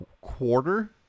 Quarter